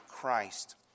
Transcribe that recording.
Christ